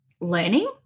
learning